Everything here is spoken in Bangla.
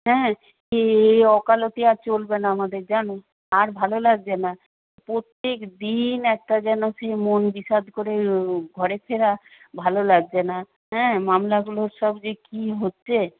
হ্যাঁ এই ওকালতি আর চলবে না আমাদের জানো আর ভালো লাগছে না প্রত্যেক দিন একটা যেন সেই মন বিষাদ করে ঘরে ফেরা ভালো লাগছে না হ্যাঁ মামলাগুলোর সব যে কী হচ্ছে